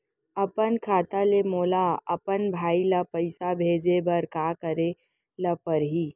अपन खाता ले मोला अपन भाई ल पइसा भेजे बर का करे ल परही?